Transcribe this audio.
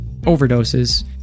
overdoses